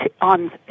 on